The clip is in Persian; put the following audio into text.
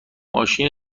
ماشین